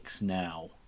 now